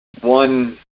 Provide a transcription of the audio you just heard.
one